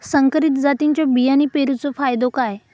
संकरित जातींच्यो बियाणी पेरूचो फायदो काय?